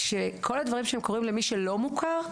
כשכל הדברים שהם קורים למי שלא מוכר.